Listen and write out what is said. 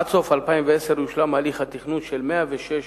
עד סוף 2010 יושלם הליך התכנון של 106